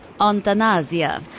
Antanasia